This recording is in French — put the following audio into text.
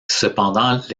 cependant